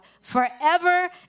forever